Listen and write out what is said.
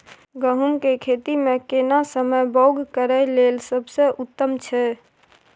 गहूम के खेती मे केना समय बौग करय लेल सबसे उत्तम छै?